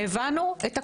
הבנו את הקושי.